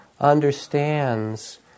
understands